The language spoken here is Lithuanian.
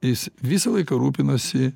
jis visą laiką rūpinosi